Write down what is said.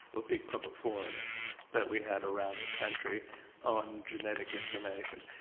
or big public forums that we had around the country on genetic information,